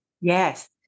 Yes